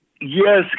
yes